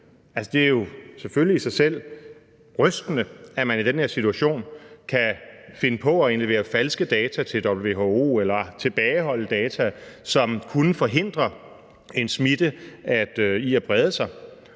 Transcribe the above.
Det er selvfølgelig i sig selv rystende, at man i den her situation kan finde på at indlevere falske data til WHO eller tilbageholde data, som kunne forhindre en smitte i at brede sig.